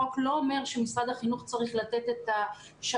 החוק לא אומר שמשרד החינוך צריך לתת את השעות,